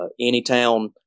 Anytown